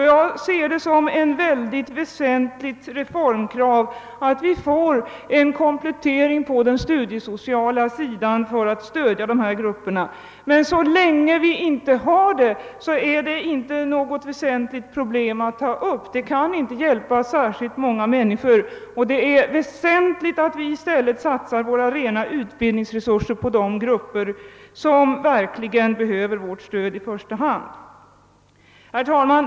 Jag ser det som ett väsentligt reformkrav att vi får en kompelettering på den studiesociala sidan för att stödja dessa grupper. Men så länge vi inte har det är det inte något väsentligt problem att ta upp. Det kan inte hjälpa särskilt många människor, och det är viktigt att vi i stället satsar huvudparten av de rena utbildningsresurserna på de grupper som behöver vårt stöd i första hand. Herr talman!